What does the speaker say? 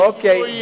אוקיי.